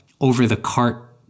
over-the-cart